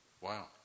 Wow